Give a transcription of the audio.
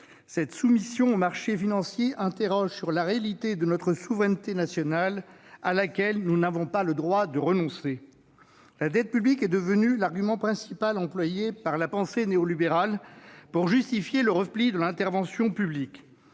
Cette soumission aux marchés financiers soulève la question de la réalité de notre souveraineté nationale, à laquelle nous n'avons pas le droit de renoncer. La dette publique est devenue l'argument principal employé par la pensée néolibérale pour justifier le repli de l'intervention publique.